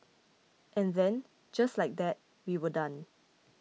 and then just like that we were done